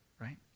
right